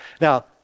Now